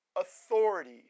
authority